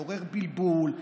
לעורר בלבול,